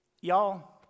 y'all